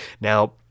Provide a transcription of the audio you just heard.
Now